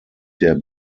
der